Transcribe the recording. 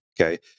okay